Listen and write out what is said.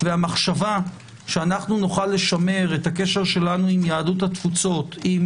והמחשבה שאנחנו נוכל לשמר את הקשר שלנו עם יהדות התפוזות עם